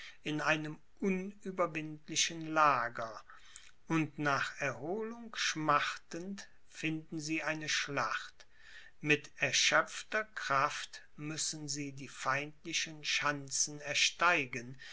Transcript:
in einem unüberwindlichen lager und nach erholung schmachtend finden sie eine schlacht mit erschöpfter kraft müssen sie die feindlichen schanzen ersteigen